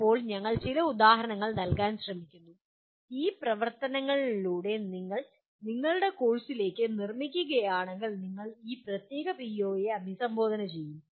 ഇപ്പോൾ ഞങ്ങൾ ചില ഉദാഹരണങ്ങൾ നൽകാൻ ശ്രമിക്കുന്നു ഈ പ്രവർത്തനങ്ങളിലൂടെ നിങ്ങൾ ഇത് നിങ്ങളുടെ കോഴ്സിലേക്ക് നിർമ്മിക്കുകയാണെങ്കിൽ നിങ്ങൾ ഈ പ്രത്യേക പിഒയെ അഭിസംബോധന ചെയ്യും